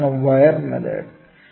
എന്താണ് wire method